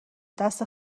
دست